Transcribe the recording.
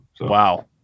Wow